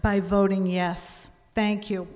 by voting yes thank you